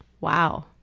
Wow